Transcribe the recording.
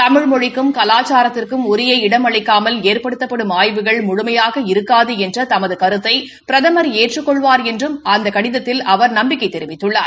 தமிழ் மொழிக்கும் கலாச்சாரத்திற்கும் உரிய இடம் அளிக்காமல் ஏற்படுத்தப்படும் ஆய்வுகள் முழுமையாக இருக்காது என்ற தமது கருத்தினை பிரதமா் ஏற்றுக் கொள்வாா் என்றும் அவா் அந்த கடிதத்தில் நம்பிக்கை தெரிவித்துள்ளார்